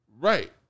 right